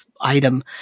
item